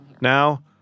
Now